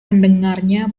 mendengarnya